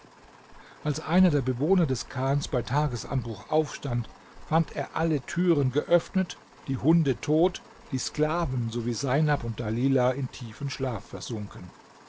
als einer der bewohner des chans bei tagesanbruch aufstand fand er alle türen geöffnet die hunde tot die sklaven sowie seinab und dalilah in tiefen schlaf versunken